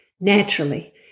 Naturally